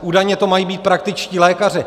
Údajně to mají být praktičtí lékaři.